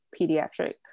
pediatric